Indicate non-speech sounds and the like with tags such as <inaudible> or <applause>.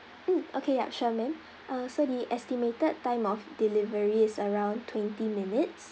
mm okay yup sure ma'am <breath> uh so the estimated time of delivery is around twenty minutes